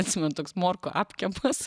atsiminu toks morkų apkepas